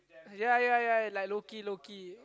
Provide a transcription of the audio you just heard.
ya ya ya like low key low key